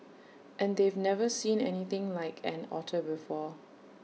and they've never seen anything like an otter before